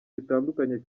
bitandukanye